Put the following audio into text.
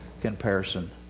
comparison